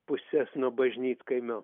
puses nuo bažnytkaimio